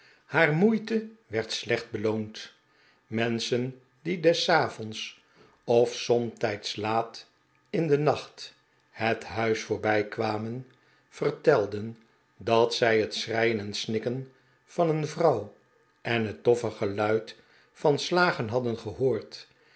haar moeite werd slecht beloond menschen die des avonds of somtijds laat in den nacht het huis voorbijkwamen vertelden dat zij het schreien en snikken van een vrouw en het doffe geluid van slagen hadden gehoord